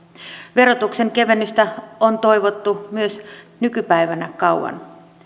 verotuksen kevennystä on toivottu myös nykypäivänä kauan